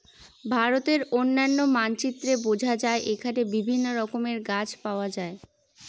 ভারতের অনন্য মানচিত্রে বোঝা যায় এখানে বিভিন্ন রকমের গাছ পাওয়া যায়